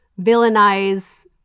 villainize